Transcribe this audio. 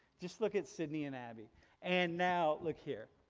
just look at sydney and abby and now look here,